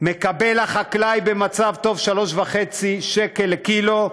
מקבל החקלאי במצב טוב 3.50 שקל לקילו,